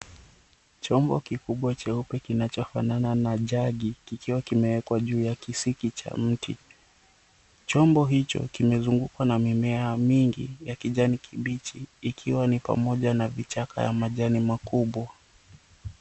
Chombo kikubwa cheupe kinachofanana na jagi kikiwa kimewekwa juu ya kisiki cha mti. Chombo hicho kimezungukwa na mimea mingi ya kijani kibichi ikiwa ni pamoja na vichaka ya majani makubwa.